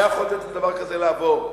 שהיה יכול לתת לדבר כזה לעבור.